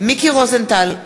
מיקי רוזנטל,